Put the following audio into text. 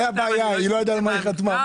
הבעיה היא שהיא לא ידעה על מה היא חתמה.